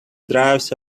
drives